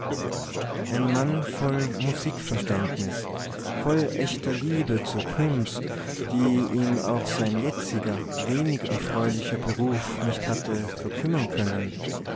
ein mann voll musikverständnis voll echter liebe zur kunst die ihm auch sein jetziger wenig erfreulicher beruf nicht hatte verkümmern können